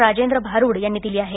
राजेंद्र भारुड यांनी दिली आहे